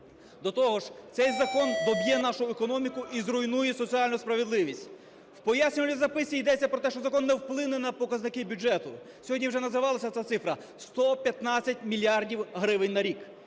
До того ж цей закон доб'є нашу економіку і зруйнує соціальну справедливість. У пояснювальній записці йдеться про те, що закон не вплине на показники бюджету. Сьогодні вже називалася ця цифра: 115 мільярдів гривень на рік.